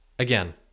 Again